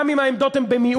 גם אם העמדות הן במיעוט,